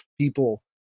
people